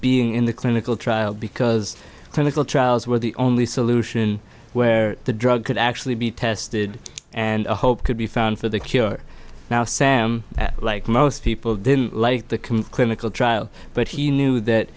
being in the clinical trial because clinical trials were the only solution where the drug could actually be tested and a hope could be found for the cure now sam like most people didn't like completely called trial but he knew that